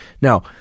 Now